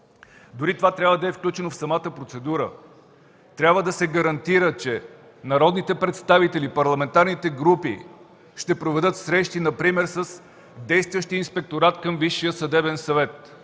Дори това трябва да е включено в самата процедура. Трябва да се гарантира, че народните представители, парламентарните групи ще проведат срещи например с действащия Инспекторат към Висшия съдебен съвет.